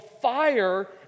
fire